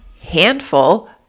handful